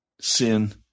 sin